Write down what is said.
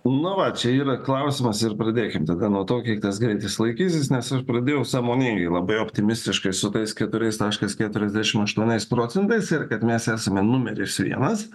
nu va čia yra klausimas ir pradėkim nuo to kiek tas greitis laikysis nes aš pradėjau sąmoningai labai optimistiškai su tais keturiais taškas keturiasdešimt aštuoniais procentais ir kad mes esame numeris vienas